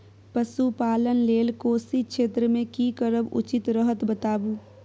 पशुपालन लेल कोशी क्षेत्र मे की करब उचित रहत बताबू?